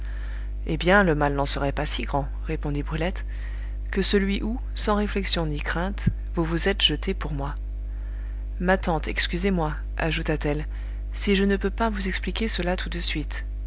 eh bien le mal n'en serait pas si grand répondit brulette que celui où sans réflexion ni crainte vous vous êtes jeté pour moi ma tante excusez-moi ajouta-t-elle si je ne peux pas vous expliquer cela tout de suite